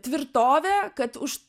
tvirtovė kad už